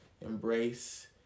embrace